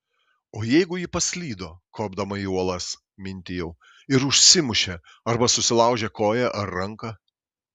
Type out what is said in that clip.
o jeigu ji paslydo kopdama į uolas mintijau ir užsimušė arba susilaužė koją ar ranką